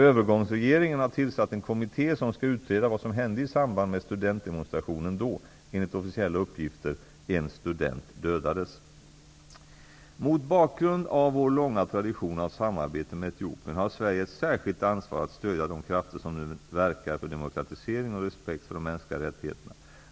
Övergångsregeringen har tillsatt en kommitté, som skall utreda vad som hände i samband med studentdemonstrationen, då, enligt officiella uppgifter, en student dödades. Mot bakgrund av vår långa tradition av samarbete med Etiopien har Sverige ett särskilt ansvar att stödja de krafter som nu verkar för demokratisering och respekt för de mänskliga rättigheterna.